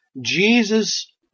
Jesus